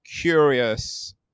curious